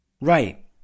Right